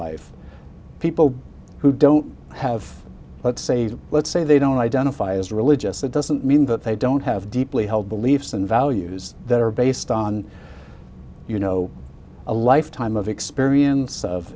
life people who don't have let's say let's say they don't identify as religious that doesn't mean that they don't have deeply held beliefs and values that are based on you know a lifetime of experience of